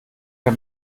der